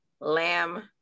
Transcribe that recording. Lamb